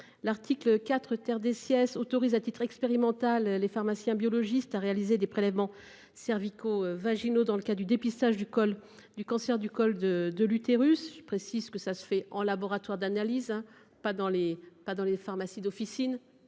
L'article 4 terre des siestes autorise à titre expérimental, les pharmaciens biologistes a réalisé des prélèvements servi co-vaginaux dans le cas du dépistage du col du cancer du col de de l'utérus. Je précise que ça se fait en laboratoire d'analyses pas dans les pas dans les pharmacies d'officine.